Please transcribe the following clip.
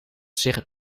zich